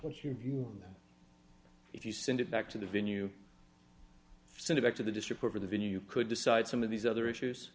what's your view on that if you send it back to the venue send it back to the district court for the venue you could decide some of these other issues